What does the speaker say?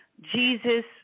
Jesus